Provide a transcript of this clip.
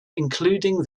including